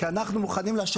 כי אנחנו מוכנים לשבת.